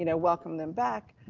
you know welcome them back